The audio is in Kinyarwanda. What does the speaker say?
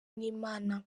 n’imana